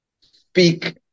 speak